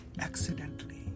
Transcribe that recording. accidentally